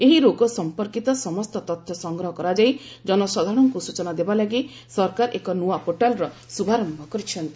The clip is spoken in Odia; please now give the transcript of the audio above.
ଏହି ରୋଗ ସମ୍ପର୍କିତ ସମସ୍ତ ତଥ୍ୟ ସଂଗ୍ରହ କରାଯାଇ ଜନସାଧାରଣଙ୍କୁ ସ୍ବଚନା ଦେବାଲାଗି ସରକାର ଏକ ନୃଆ ପୋର୍ଟାଲର ଶୁଭାରମ୍ଭ କରିଛନ୍ତି